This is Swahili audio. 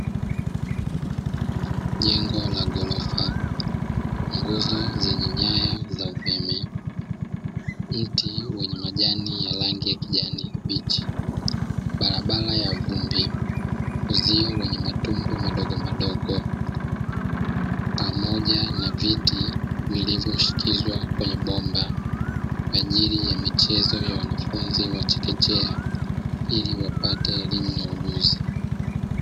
Jengo la ghorofa, nguzo zenye nyaya za umeme, mti wenye majani ya rangi ya kijani kibichi, barabara ya vumbi, uzio wenye matundu madogomadogo pamoja na viti vilivyoshikizwa kwenye bomba kwa ajili ya michezo ya wanafunzi wa chekechea ili wapate elimu na ujuzi.